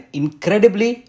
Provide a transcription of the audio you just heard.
incredibly